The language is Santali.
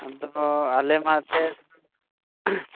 ᱟᱫᱚ ᱟᱞᱮ ᱢᱟ ᱮᱱᱛᱮᱫ